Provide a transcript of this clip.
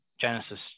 genesis